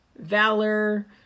Valor